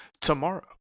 tomorrow